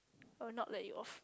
oh not like you of